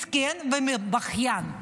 מסכן ובכיין,